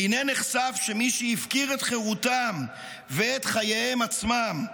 והינה נחשף שמי שהפקיר את חירותם ואת חייהם עצמם,